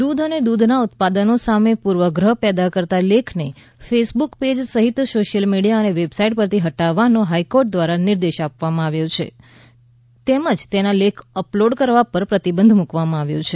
દૃધ અને દૃધના ઉત્પાદનો સામે પૂર્વગ્રહ પેદા કરતા લેખને ફેસબૂક પેજ સહિત સોશિયલ મીડિયા અને વેબસાઇટ પરથી હટાવવાનો હાઇકોર્ટ દ્વારા નિર્દેશ આપવામાં આવ્યો છે તેમજ તેના લેખ અપલોડ કરવા પર પ્રતિબંધ મૂકવામાં આવ્યો છે